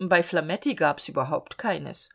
bei flametti gab's überhaupt keines